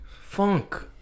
funk